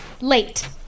late